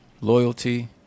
loyalty